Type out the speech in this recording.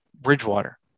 Bridgewater